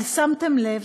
אבל שמתם לב